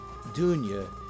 Dunya